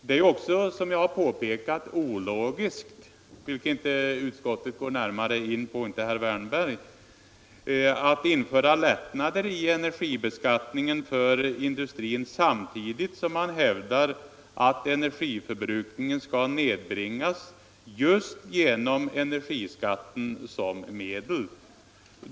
Det är också, som jag påpekat, ologiskt — vilket varken utskottet eller herr Wärnberg går närmare in på — att införa lättnader i energibeskattningen för industrin samtidigt som man hävdar att energiförbrukningen skall nedbringas just med energiskatten som medel.